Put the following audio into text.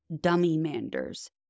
dummy-manders